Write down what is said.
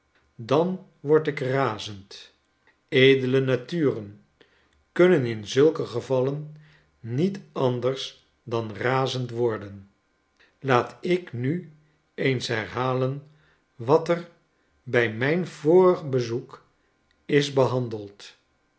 dan word ik razend edele naturen kunnen in zulke gevallen niet anders dan razend worden laat ik nu eens herhalen wat er bij mijn vorig bezoek is behandeld